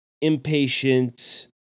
impatient